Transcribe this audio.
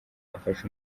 afashe